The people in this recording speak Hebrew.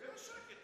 יש שקט.